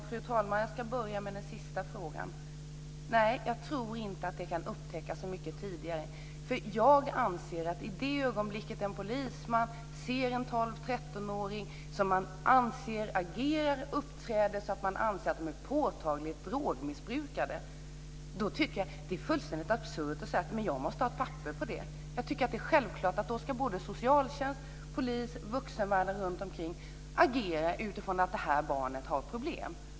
Fru talman! Jag ska börja med den sista frågan. Nej, jag tror inte att det kan upptäckas så mycket tidigare. Jag anser att det är fullständigt absurt att säga att i det ögonblick en polisman ser 12-13 åringar som uppträder så att man anser att de är påtagligt drogpåverkade måste man ha ett papper på det. Jag tycker att det är självklart att socialtjänst, polis, vuxenvärlden runt omkring agerar utifrån att det här barnet har problem.